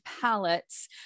palettes